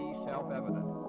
self-evident